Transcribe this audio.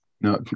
No